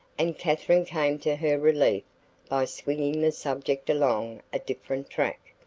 and katherine came to her relief by swinging the subject along a different track.